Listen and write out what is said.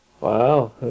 wow